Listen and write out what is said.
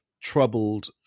troubled